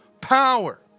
power